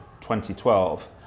2012